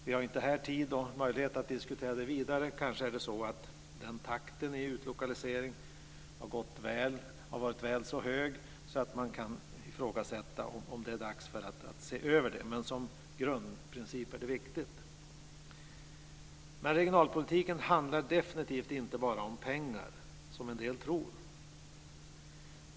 Vi har här inte tid och möjlighet att diskutera detta vidare. Takten i utlokaliseringen kanske har varit väl så hög. Man kan ifrågasätta om det är dags för en översyn. Men som grundprincip är detta viktigt. Men regionalpolitiken handlar definitivt inte bara om pengar, som en del tror.